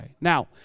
now